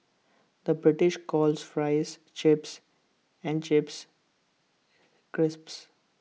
the British calls Fries Chips and Chips Crisps